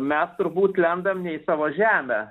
mes turbūt lendam ne į savo žemę